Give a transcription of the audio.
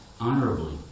honorably